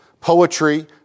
poetry